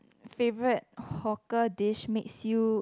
favourite hawker's dish makes you